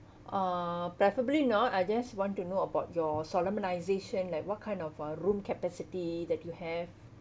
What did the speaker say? uh preferably not I just want to know about your solemnization like what kind of uh room capacity that you have